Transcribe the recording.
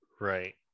Right